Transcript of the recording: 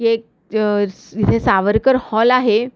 हे एक इथे सावरकर हॉल आहे